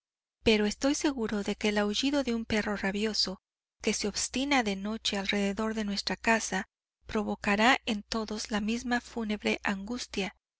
que el aullido de un perro rabioso que se obstina de noche alrededor de nuestra casa provocará en todos la misma fúnebre angustia